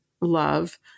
love